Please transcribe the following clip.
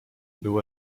był